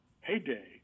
heyday